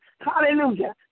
Hallelujah